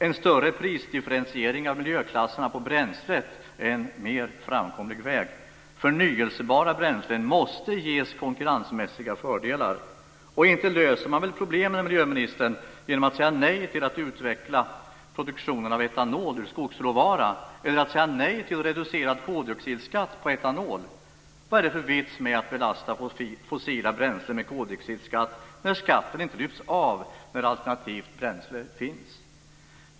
En större prisdifferentiering av miljöklasserna på bränslet är en mer framkomlig väg. Förnyelsebara bränslen måste ges konkurrensmässiga fördelar. Och inte löser man väl problemen, miljöministern, genom att säga nej till att utveckla produktionen av etanol ur skogsråvara eller genom att säga nej till reducerad koldioxidskatt på etanol. Vad är det för vits med att belasta fossila bränslen med koldioxidskatt när skatten inte lyfts av när alternativt bränsle finns?